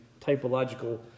typological